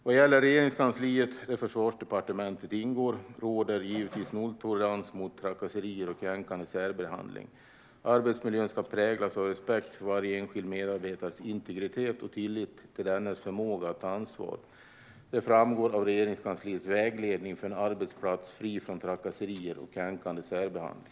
Vad gäller Regeringskansliet, där Försvarsdepartementet ingår, råder det givetvis nolltolerans mot trakasserier och kränkande särbehandling. Arbetsmiljön ska präglas av respekt för varje enskild medarbetares integritet och tillit till dennes förmåga att ta ansvar. Det framgår av Regeringskansliets vägledning för en arbetsplats fri från trakasserier och kränkande särbehandling.